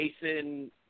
Jason